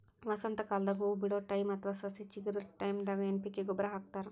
ವಸಂತಕಾಲದಾಗ್ ಹೂವಾ ಬಿಡೋ ಟೈಮ್ ಅಥವಾ ಸಸಿ ಚಿಗರದ್ ಟೈಂದಾಗ್ ಎನ್ ಪಿ ಕೆ ಗೊಬ್ಬರ್ ಹಾಕ್ತಾರ್